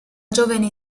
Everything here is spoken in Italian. giovane